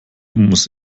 muss